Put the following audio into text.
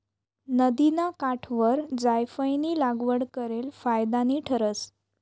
नदिना काठवर जायफयनी लागवड करेल फायदानी ठरस